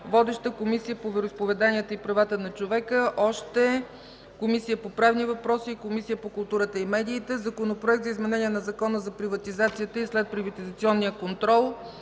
Водеща е Комисията по вероизповеданията и правата на човека и още – Комисията по правни въпроси и Комисията по културата и медиите. Законопроект за изменение на Закона за приватизацията и следприватизационния контрол.